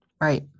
Right